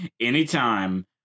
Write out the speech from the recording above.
Anytime